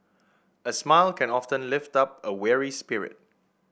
a smile can often lift up a weary spirit